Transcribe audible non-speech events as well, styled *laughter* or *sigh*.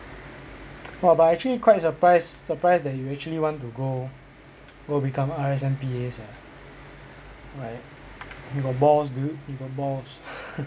!wah! but I actually quite surprised surprised that you actually want to go go become R_S_M P_A sia like you got balls dude you got balls *laughs*